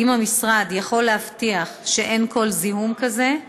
2. האם המשרד יכול להבטיח שאין כל זיהום כזה?